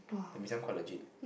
the mee-siam quite legit